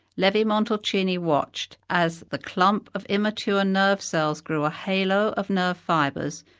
levi-montalcini watched as the clump of immature nerve cells grew a halo of nerve fibres,